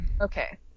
Okay